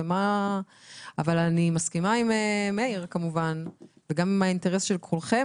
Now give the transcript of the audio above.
אני כמובן מסכימה עם מאיר וגם עם האינטרס של כולכם